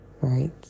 right